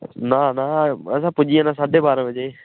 ना ना असें पुज्जी आना साड्ढे बारां बजे